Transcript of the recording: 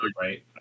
right